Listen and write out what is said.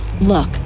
Look